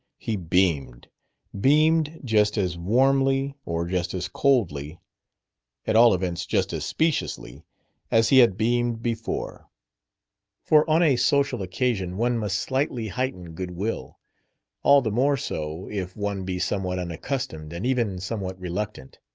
he beamed beamed just as warmly, or just as coldly at all events, just as speciously as he had beamed before for on a social occasion one must slightly heighten good will all the more so if one be somewhat unaccustomed and even somewhat reluctant.